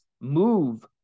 move